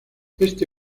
este